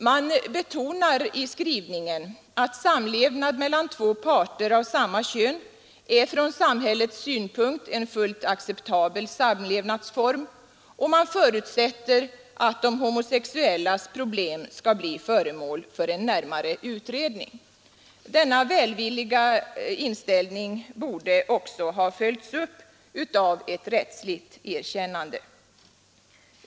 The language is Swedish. Man betonar i skrivningen att samlevnad mellan två parter av samma kön är från samhällets synpunkt en fullt acceptabel samlevnadsform, och man förutsätter att de homosexuellas problem skall bli föremål för en närmare utredning. Denna välvilliga inställning borde också ha följts upp av ett rättsligt erkännande.